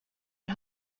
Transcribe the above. and